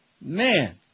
Man